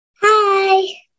Hi